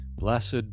Blessed